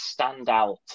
standout